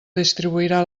distribuirà